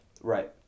Right